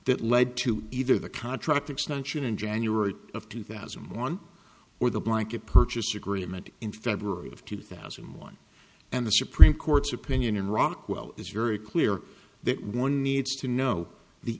that led to either the contract extension in january of two thousand and one or the blanket purchase agreement in february of two thousand and one and the supreme court's opinion in rockwell is very clear that one needs to know the